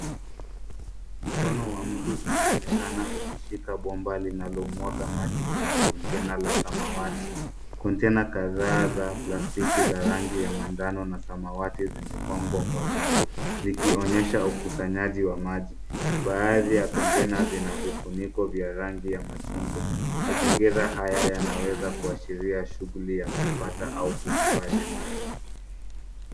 Mkono wa mtu unaonekana ukishika bomba linalomwanga maji kwenye kontena la samawati. Kontena kadhaa za plastiki za rangi ya manjano na samawati zimepangwa kwa rundo, zikionyesha ukusanyaji wa maji. Baadhi ya kontena zina vifuniko vya rangi ya machungwa. Mazingira haya yanaweza kuashiria shughuli ya kupata au kuhifadhi maji